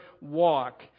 walk